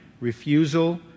refusal